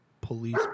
police